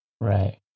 Right